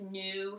new